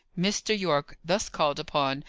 mr. yorke, thus called upon,